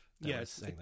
Yes